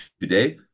today